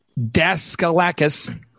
Daskalakis